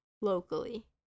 locally